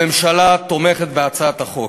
הממשלה תומכת בהצעת החוק.